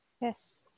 Yes